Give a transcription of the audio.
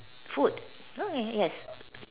food okay yes